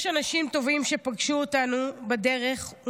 יש אנשים טובים שפגשו אותנו בדרך,